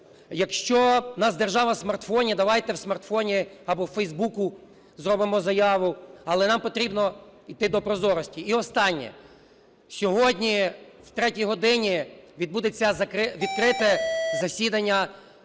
Якщо у нас "держава в смартфоні", давайте в смартфоні або у Фейсбуці зробимо заяву, але нам потрібно йти до прозорості. І останнє. Сьогодні о третій годині відбудеться відкрите засідання